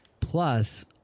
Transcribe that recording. Plus